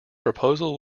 proposal